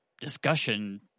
discussion